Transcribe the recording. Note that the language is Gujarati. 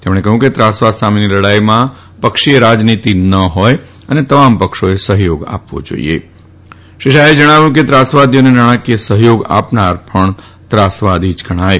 તેમણે કહ્યું કે ત્રાસવાદ સામેની લડાઇમાં પક્ષીય રાજનીતિ ન ફાથ અને તમામ પક્ષાએ સહયણ આપવ જાઇએ શ્રી શાહ જણાવ્યું કે ત્રાસવાદીઓને નાણાકીય સહયાા આપનાર પણ ત્રાસવાદી જ ગણાય